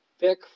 pick